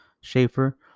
Schaefer